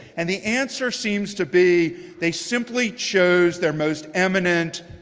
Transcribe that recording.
and the answer seems to be they simply chose their most eminent,